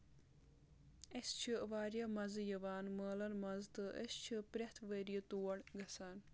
اَسہِ چھِ واریاہ مَزٕ یِوان مٲلن منٛز تہٕ أسۍ چھِ پرٛؠتھ ؤریہِ تور گژھان